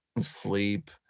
sleep